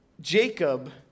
Jacob